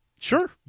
Sure